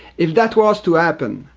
if that was to happen,